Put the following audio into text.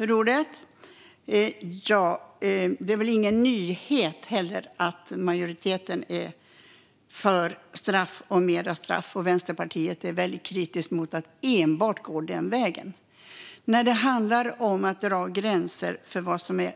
Herr talman! Det är ingen nyhet att majoriteten är för straff och mer straff och att Vänsterpartiet är kritiskt mot att enbart gå den vägen. När det handlar om att dra gränser för vad som är